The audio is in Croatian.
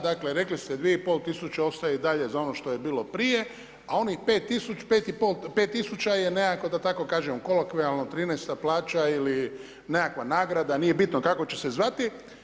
Dakle, rekli ste 2500 ostaje i dalje za ono što je bilo prije, a onih 5000 je nekako da tako kažem kolokvijalno 13. plaća ili nekakva nagrada, nije bitno kako će se zvati.